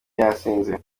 yasinze